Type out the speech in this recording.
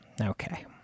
Okay